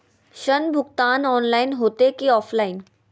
ऋण भुगतान ऑनलाइन होते की ऑफलाइन?